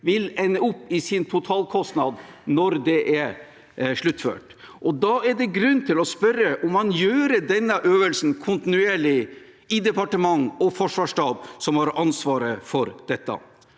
vil ende opp når det er sluttført. Da er det grunn til å spørre om man gjør denne øvelsen kontinuerlig i departement og forsvarsstab, som har ansvaret for dette.